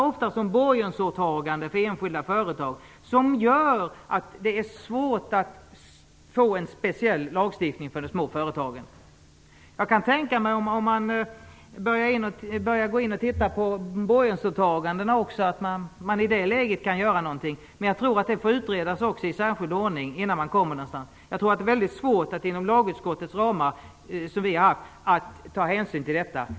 Antalet borgensåtaganden för enskilda företag gör att det är svårt att få en speciell lagstiftning för de små företagen. Jag kan tänka mig att något kan göras om man också börjar titta på borgensåtagandena, men jag tror att också det får utredas i särskild ordning innan man kan komma någonstans. Jag tror att det är svårt att inom lagutskottets ramar ta hänsyn till detta.